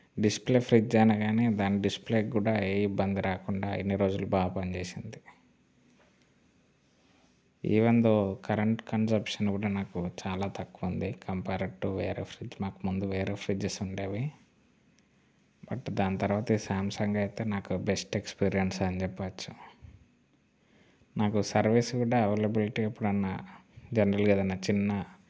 display fridge అనగానే దాన్ని display కూడా ఏ ఇబ్బంది రాకుండా ఇన్ని రోజులు బాగా పనిచేసింది ఈవెన్ దో కరెంట్ కన్సెప్షన్ కూడా నాకు చాలా తక్కువ ఉంది కంపారిటివ్ వేరే ఫ్రిడ్జ్ మాకు ముందు వేరే ఫ్రిడ్జెస్ ఉండేవి బట్ దాని తర్వాత సామ్సంగ్ అయితే నాకు బెస్ట్ ఎక్స్పీరియన్స్ అని చెప్పొచ్చు నాకు సర్వీస్ కూడా అవైలబిలిటీ ఎప్పుడన్నా జనరల్గా ఏదైనా చిన్న